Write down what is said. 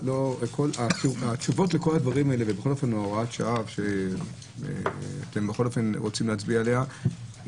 התשובות לכל הדברים האלה בהוראת השעה שאתם רוצים להצביע עליה,